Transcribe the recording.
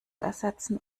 ersetzen